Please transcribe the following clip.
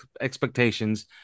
expectations